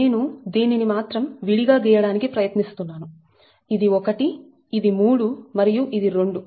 నేను దీనిని మాత్రం విడిగా గీయడానికి ప్రయత్నిస్తున్నాను ఇది 1 ఇది 3 మరియు ఇది 2